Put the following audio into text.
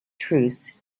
truce